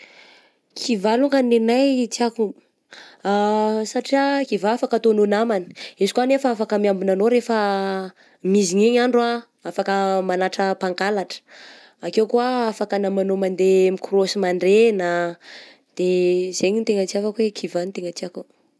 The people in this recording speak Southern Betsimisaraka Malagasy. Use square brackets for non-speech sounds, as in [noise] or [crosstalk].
Kivà longany ny anay ny tiakon [hesitation] satria kivà afaka ataonao namana, izy koa anefa afaka miambina anao rehefa mizigna iny andro ah, afaka magnatra mpangalatra, akeo koa afaka namanao mandeha mikrôsy mandraigna de zay no tegna tiakako hoe kivà no tegna tiakako.